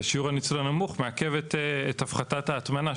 ושיעור הניצול הנמוך מעכב את הפחתת ההטמנה,